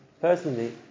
personally